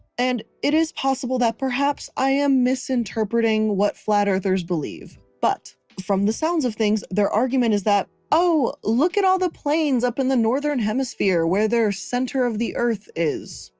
and it is possible that perhaps i am misinterpreting what flat-earthers believe, but from the sounds of things, their argument is that, oh, look at all the planes up in the northern hemisphere where their center of the earth is,